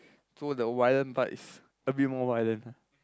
so the violent part is a bit more violent ah